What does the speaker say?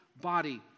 body